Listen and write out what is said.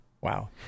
Wow